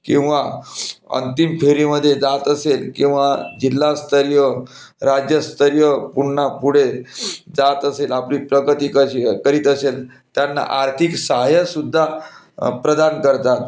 किंवा अंतिम फेरीमध्ये जात असेल किंवा जिल्हास्तरीय राज्यस्तरीय पुन्हा पुढे जात असेल आपली प्रगती कशी करीत असेल त्यांना आर्थिक सहाय्यसुद्धा प्रदान करतात